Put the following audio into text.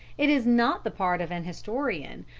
it is not the part of an historian,